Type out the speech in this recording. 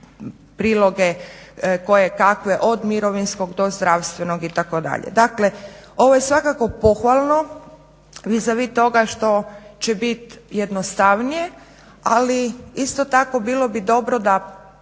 priloge kojekakve od mirovinskog do zdravstvenog itd. Dakle, ovo je svakako pohvalno vis a vis toga što će bit jednostavnije. Ali isto tako bilo bi dobro da